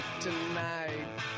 tonight